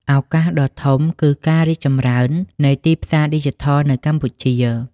ឱកាស ដ៏ធំគឺការរីកចម្រើននៃទីផ្សារឌីជីថលនៅកម្ពុជា។